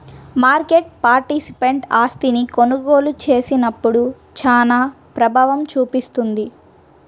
market participant ఆస్తిని కొనుగోలు చేసినప్పుడు చానా ప్రభావం చూపిస్తుంది